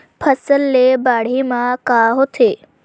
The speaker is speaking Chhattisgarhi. फसल से बाढ़े म का होथे?